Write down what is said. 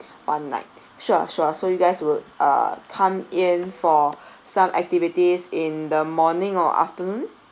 one night sure sure so you guys will uh come in for some activities in the morning or afternoon